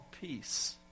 Peace